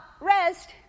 rest